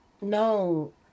No